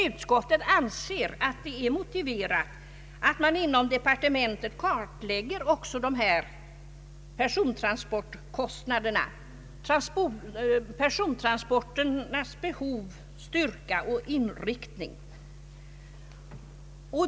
Utskottet anser att det är motiverat att man inom departementet kartlägger också persontransportkostnaderna, persontransporternas behov, styrka och inriktning.